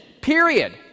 period